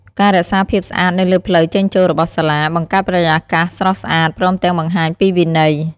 ការរក្សាភាពស្អាតនៅលើផ្លូវចេញចូលរបស់សាលា បង្កើតបរិយាកាសស្រស់ស្អាត ព្រមទាំងបង្ហាញពីវិន័យ។